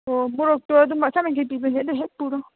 ꯑꯣ ꯃꯣꯔꯣꯛꯇꯣ ꯑꯗꯨꯝ ꯆꯥꯝ ꯌꯥꯡꯈꯩ ꯄꯤꯕꯅꯦ ꯑꯗꯨ ꯍꯦꯛ ꯄꯨꯔꯣ